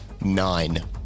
Nine